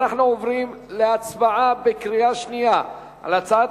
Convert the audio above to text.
אנחנו עוברים להצבעה בקריאה שנייה על הצעת